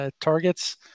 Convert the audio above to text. targets